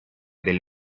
del